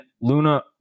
Luna